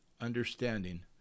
understanding